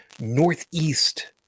northeast